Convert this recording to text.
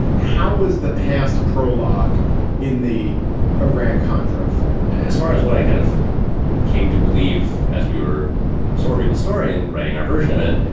how was the past prologue in the iran-contra affair? as far as what i kind of came to believe as we were absorbing the story and writing our version of it,